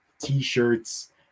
T-shirts